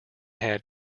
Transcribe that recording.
had